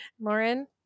Lauren